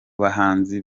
bahanzi